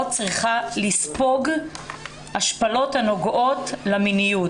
צריכה לספוג השפלות הנוגעות למיניות.